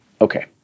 okay